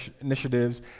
initiatives